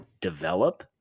develop